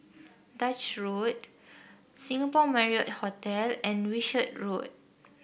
Duchess Road Singapore Marriott Hotel and Wishart Road